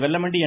Vellamandi என்